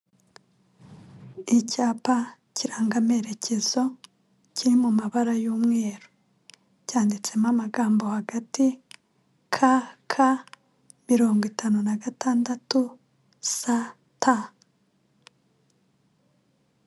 Icyapa kiranga amerekezo kiri mu mabara y'umweru cyanditsemo amagambo hagati ka ka mirongo itanu na gatandatu sa ta.